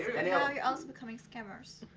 you're also becoming scammers.